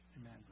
amen